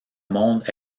monde